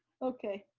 okay,